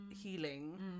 healing